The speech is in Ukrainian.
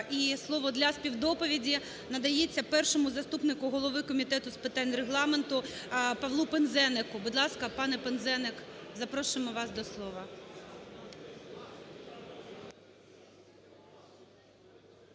І слово для співдоповіді надається першому заступнику голови Комітету з питань Регламенту Павлу Пинзенику. Будь ласка, пане Пинзеник запрошуємо вас до слова.